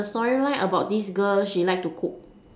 storyline about this girl she like to cook